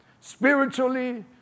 spiritually